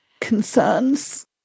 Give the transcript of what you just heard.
concerns